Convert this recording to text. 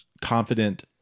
confident